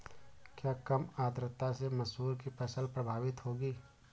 क्या कम आर्द्रता से मसूर की फसल प्रभावित होगी?